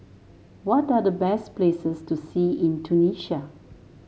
what are the best places to see in Tunisia